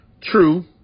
True